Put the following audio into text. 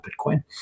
Bitcoin